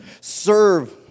serve